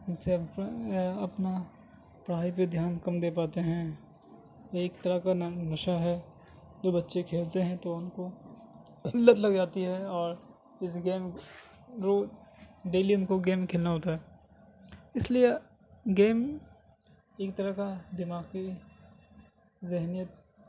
جب اپنا پڑھائی پہ دھیان کم دے پاتے ہیں ایک طرح کا نشہ ہے جو بچے کھیلتے ہیں تو ان کو لت لگ جاتی ہے اور اس گیم رو ڈیلی ان کو گیم کھیلنا ہوتا ہے اس لیے گیم ایک طرح کا دماغ کی ذہنیت